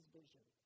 vision